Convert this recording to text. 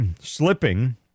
slipping